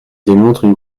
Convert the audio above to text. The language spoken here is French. démontrent